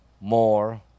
more